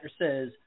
says